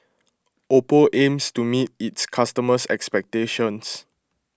Oppo aims to meet its customers' expectations